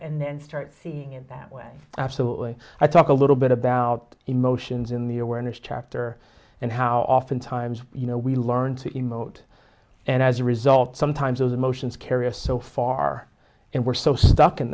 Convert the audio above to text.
and then start seeing it that way absolutely i talk a little bit about emotions in the awareness chapter and how oftentimes you know we learn to emote and as a result sometimes those emotions carry a so far and we're so stuck in